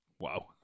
Wow